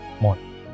morning